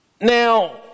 Now